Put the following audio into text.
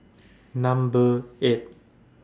Number eight